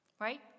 right